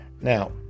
Now